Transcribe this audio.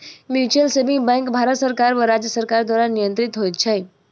mutual saving bank Bharat सरकार वा राज्य सरकार द्वारा नियंत्रित होइत छै